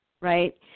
right